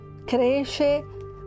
cresce